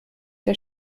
der